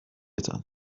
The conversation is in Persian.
تان